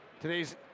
Today's